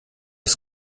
das